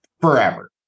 forever